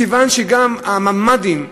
מכיוון שגם הממ"דים,